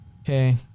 okay